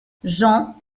jean